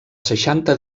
seixanta